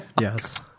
yes